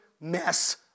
mess